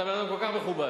אתה בן-אדם כל כך מכובד.